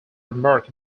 remark